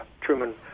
Truman